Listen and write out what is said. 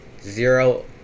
Zero